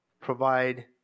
provide